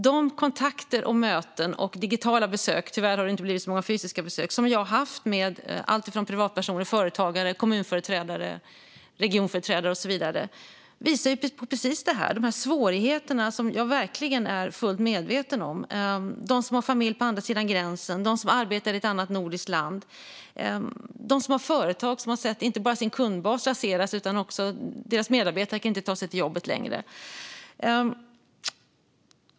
De kontakter, möten och digitala besök - tyvärr har det inte blivit så många fysiska besök - som jag har haft med alltifrån privatpersoner till företagare och kommunföreträdare, regionföreträdare och så vidare visar på precis de svårigheter som jag verkligen är fullt medveten om. Det handlar om dem som har familj på andra sidan gränsen, om dem som arbetar i ett annat nordiskt land och om dem som har företag och som har sett inte bara sin kundbas raseras utan också att deras medarbetare inte kan ta sig till jobbet längre.